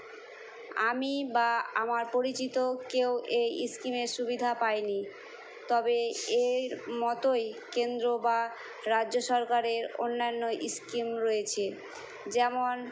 আমি বা আমার পরিচিত কেউ এই স্কিমের সুবিধা পায় নি তবে এর মতোই কেন্দ্র বা রাজ্য সরকারের অন্যান্য স্কিম রয়েছে যেমন